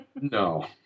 No